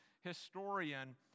historian